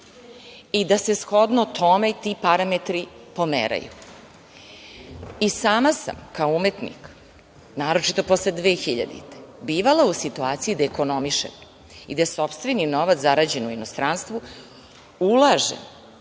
i da se shodno tome i ti parametri pomeraju. I sama sam kao umetnik, naročito posle 2000. godine, bivala u situaciji da ekonomišem i da sopstveni novac zarađen u inostranstvu ulažem